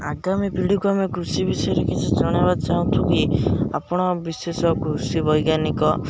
ଆଗାମୀ ପିଢ଼ିକୁ ଆମେ କୃଷି ବିଷୟରେ କିଛି ଜଣେଇବା ଚାହୁଁଛୁ କି ଆପଣ ବିଶେଷ କୃଷି ବୈଜ୍ଞାନିକ